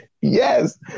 Yes